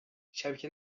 شبکه